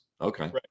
Okay